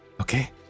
Okay